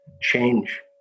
change